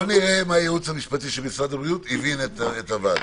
בוא נראה אם הייעוץ המשפטי של משרד הבריאות הבין את הוועדה.